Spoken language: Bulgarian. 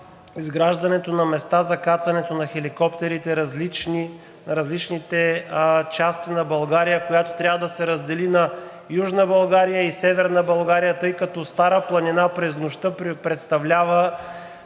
изграждането на места за кацането на хеликоптерите в различните части на България, която трябва да се раздели на Южна България и Северна България, тъй като Стара планина през нощта – говоря